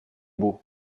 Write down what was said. beau